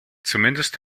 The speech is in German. zumindest